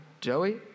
Joey